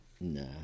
Nah